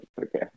Okay